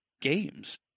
games